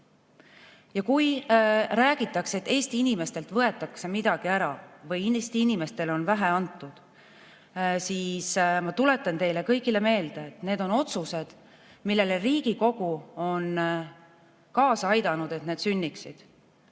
Ja kui räägitakse, et Eesti inimestelt võetakse midagi ära või Eesti inimestele on vähe antud, siis ma tuletan teile kõigile meelde, et need on otsused, millele Riigikogu on kaasa aidanud, et need sünniksid.